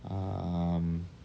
um